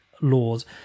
laws